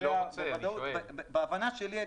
בהבנה שלי,